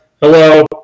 hello